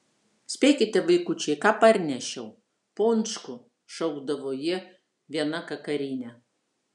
spėkite vaikučiai ką parnešiau pončkų šaukdavo jie viena kakarine